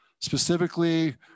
Specifically